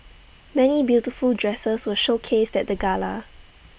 many beautiful dresses were showcased at the gala